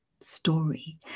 story